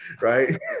right